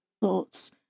thoughts